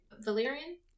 Valerian